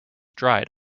dried